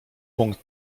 punkt